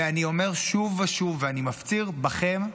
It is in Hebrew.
ואני אומר שוב ושוב ואני מפציר בכם,